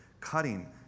cutting